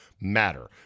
matter